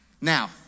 Now